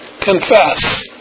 confess